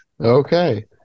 okay